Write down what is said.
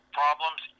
problems